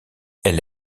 elle